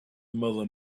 mother